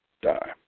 die